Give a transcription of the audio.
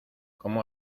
cómo